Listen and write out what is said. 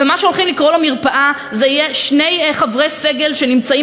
ומה שהולכים לקרוא לו מרפאה זה יהיה שני חברי סגל שנמצאים